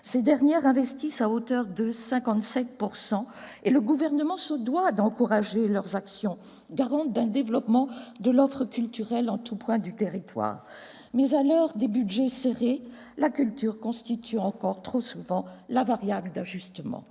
Ces dernières investissent à hauteur de 57 %, et le Gouvernement se doit d'encourager leurs actions, garantes d'un développement de l'offre culturelle en tout point du territoire. Toutefois, à l'heure des budgets serrés, la culture constitue encore trop souvent la variable d'ajustement.